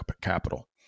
capital